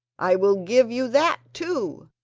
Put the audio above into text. i will give you that too,